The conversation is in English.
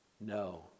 no